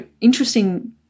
interesting